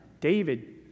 David